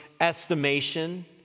estimation